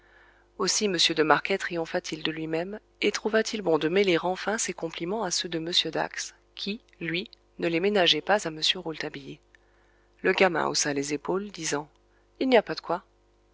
m de marquet triompha t il de lui-même et trouva til bon de mêler enfin ses compliments à ceux de m dax qui lui ne les ménageait pas à m rouletabille le gamin haussa les épaules disant il n'y a pas de quoi